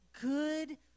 good